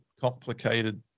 complicated